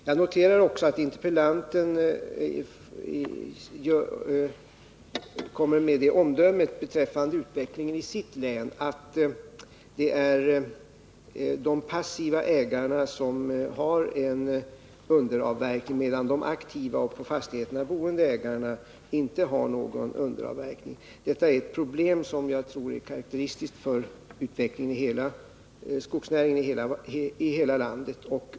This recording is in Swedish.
Jag noterar också att interpellanten beträffande utvecklingen i sitt län kommer med det omdömet att det är de passiva skogsägarna som har en underavverkning medan de aktiva och på fastigheterna boende ägarna inte har någon sådan. Det är ett problem som jag tror är karakteristiskt för utvecklingen i skogsnäringen i hela landet.